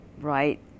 right